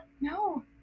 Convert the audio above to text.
No